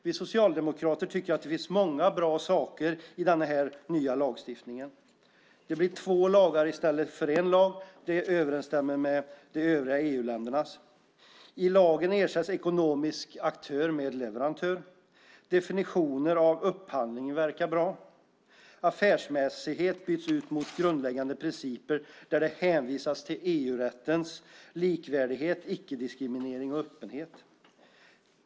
Vi socialdemokrater tycker att det finns många bra saker i den nya lagstiftningen. Det blir två lagar i stället för en lag. Det överensstämmer med övriga EU-länders lagstiftning. I lagen ersätts ekonomisk aktör med leverantör. Definitioner av upphandlingar verkar bra. Affärsmässighet byts ut mot grundläggande principer där det hänvisas till EU-rättens likvärdighet, icke-diskriminering och öppenhet.